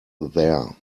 there